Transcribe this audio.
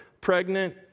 pregnant